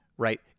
right